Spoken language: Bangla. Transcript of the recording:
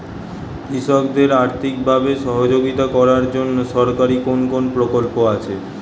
কৃষকদের আর্থিকভাবে সহযোগিতা করার জন্য সরকারি কোন কোন প্রকল্প আছে?